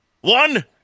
One